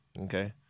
Okay